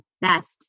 best